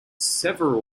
several